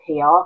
pr